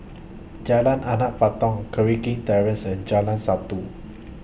Jalan Anak Patong Terrace and Jalan Satu